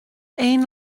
aon